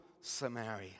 Samaria